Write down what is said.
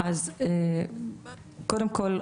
קודם כול,